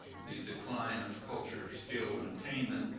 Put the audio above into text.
the decline of culture, skill, and attainment,